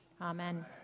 Amen